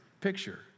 picture